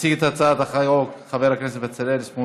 יציג את הצעת החוק חבר הכנסת בצלאל סמוטריץ,